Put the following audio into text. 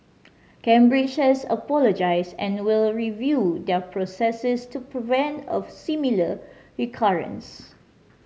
Cambridge has apologised and will review their processes to prevent a similar recurrence